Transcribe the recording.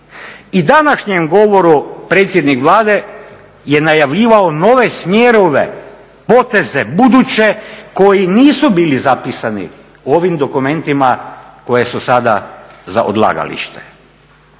u današnjem govoru predsjednik Vlade je najavljivao nove smjerove, poteze buduće koji nisu bili zapisani u ovim dokumentima koje su sada za odlagalište.